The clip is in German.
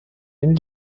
den